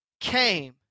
came